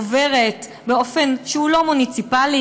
עוברת באופן שהוא לא מוניציפלי,